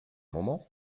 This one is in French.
moment